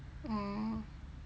ah